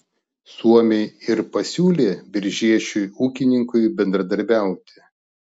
suomiai ir pasiūlė biržiečiui ūkininkui bendradarbiauti